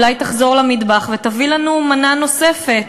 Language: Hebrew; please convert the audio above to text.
אולי תחזור למטבח ותביא לנו מנה נוספת?